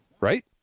right